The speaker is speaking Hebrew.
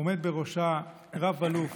עומד בראשה רב-אלוף